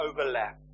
overlap